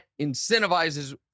incentivizes